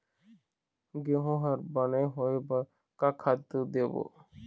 गेहूं हर बने होय बर का खातू देबो?